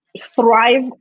thrive